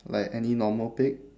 like any normal pig